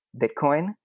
Bitcoin